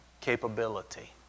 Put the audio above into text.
capability